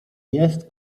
jest